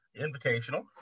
invitational